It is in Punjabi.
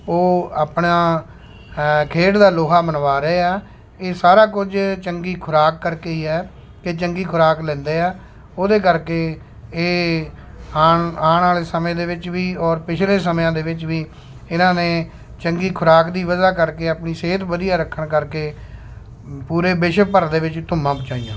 ਉਹ ਆਪਣਾ ਖੇਡ ਦਾ ਲੋਹਾ ਮਨਵਾ ਰਹੇ ਆ ਇਹ ਸਾਰਾ ਕੁਝ ਚੰਗੀ ਖੁਰਾਕ ਕਰਕੇ ਹੀ ਹੈ ਕਿ ਚੰਗੀ ਖੁਰਾਕ ਲੈਂਦੇ ਆ ਉਹਦੇ ਕਰਕੇ ਇਹ ਆਉਣ ਆਉਣ ਆਲੇ ਸਮੇਂ ਦੇ ਵਿੱਚ ਵੀ ਔਰ ਪਿਛਲੇ ਸਮਿਆਂ ਦੇ ਵਿੱਚ ਵੀ ਇਹਨਾਂ ਨੇ ਚੰਗੀ ਖੁਰਾਕ ਦੀ ਵਜ੍ਹਾ ਕਰਕੇ ਆਪਣੀ ਸਿਹਤ ਵਧੀਆ ਰੱਖਣ ਕਰਕੇ ਪੂਰੇ ਵਿਸ਼ਵ ਭਰ ਦੇ ਵਿੱਚ ਧੁੰਮਾਂ ਪਹੁੰਚਾਈਆਂ